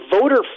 voter